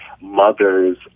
mothers